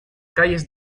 calles